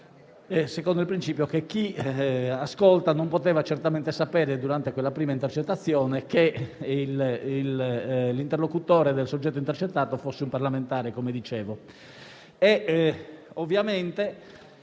nostro in Giunta - che chi ascoltava non poteva certamente sapere, durante quella prima intercettazione, che l'interlocutore del soggetto intercettato fosse un parlamentare. Seguendo